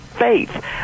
faith